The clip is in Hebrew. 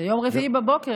זה יום רביעי בבוקר.